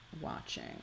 watching